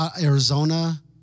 Arizona